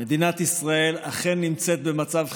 מדינת ישראל אכן נמצאת במצב חירום,